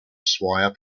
swire